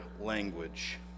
language